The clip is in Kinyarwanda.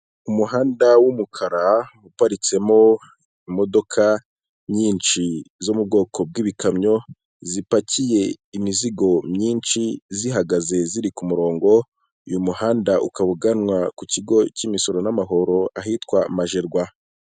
Umuhanda w'umukara uparitsemo imodoka nyinshi zo mu bwoko bw'ibikamyo zipakiye imizigo myinshi zihagaze ziri ku murongo, uyu muhanda ukaba uganwa ku kigo cy'imisoro n'amahoro ahitwa Majerwa.